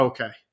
Okay